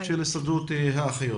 הסתדרות האחיות.